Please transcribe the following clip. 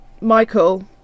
Michael